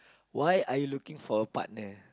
why are looking for a partner